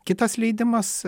kitas leidimas